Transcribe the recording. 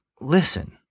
listen